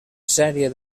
sèrie